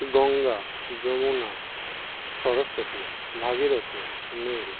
Ganga Yamuna Saraswati Bhagirathi Neil